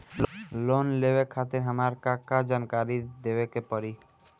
Loan लेवे खातिर हमार का का जानकारी देवे के पड़ी?